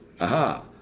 aha